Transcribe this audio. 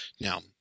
now